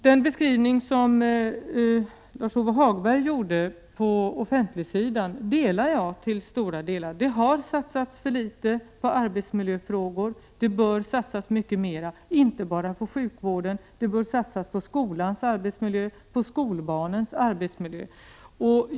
Den beskrivning som Lars-Ove Hagberg gjorde av den offentliga sidan kan jag till stora delar instämma i. Det har satsats för litet på arbetsmiljöfrågor. Det bör satsas mycket mer, inte bara på sjukvård utan även på skolbarnens arbetsmiljö.